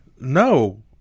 no